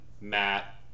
Matt